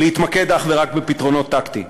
להתמקד אך ורק בפתרונות טקטיים.